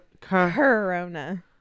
corona